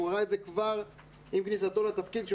הוא הראה את זה כבר עם כניסתו לתפקיד כשהוא